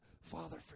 Father